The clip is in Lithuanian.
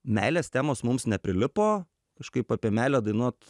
meilės temos mums neprilipo kažkaip apie meilę dainuot